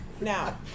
Now